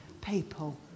people